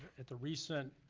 at the recent,